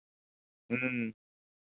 ᱦᱩᱸ